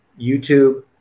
youtube